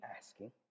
asking